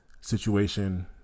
Situation